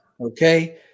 okay